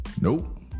Nope